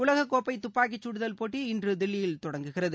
உலக கோப்பை துப்பாக்கிச் சுடுதல் போட்டி இன்று தில்லியில் தொடங்குகிறது